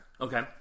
Okay